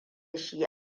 shi